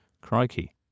Crikey